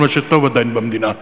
כל מה שטוב עדיין במדינה,